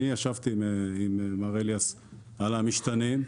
ישבתי עם מר אליאס על המשתנים,